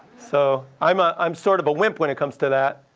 so i'm ah i'm sort of a wimp when it comes to that.